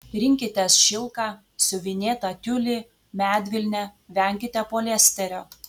rinkitės šilką siuvinėtą tiulį medvilnę venkite poliesterio